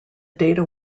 data